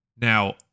Now